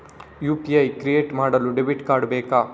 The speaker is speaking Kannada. ಯು.ಪಿ.ಐ ಕ್ರಿಯೇಟ್ ಮಾಡಲು ಡೆಬಿಟ್ ಕಾರ್ಡ್ ಬೇಕಾ?